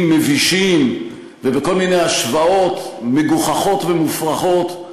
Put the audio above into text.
מבישים ובכל מיני השוואות מגוחכות ומופרכות,